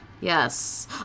Yes